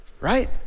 right